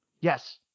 Yes